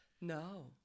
No